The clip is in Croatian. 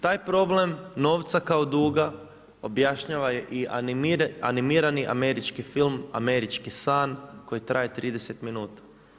Taj problem novca kao duga objašnjava i animirani američki film „Američki san“, koji traje 30 minuta.